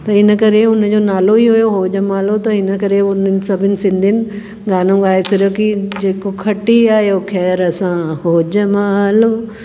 त इन करे हुनजो नालो ई हुयो हो जमालो त हिन करे हुननि सभिनी सिंधियुनि गानो ॻाए छॾियो कि जेको खटी आयो खेर सां हो जमालो